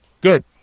good